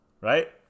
right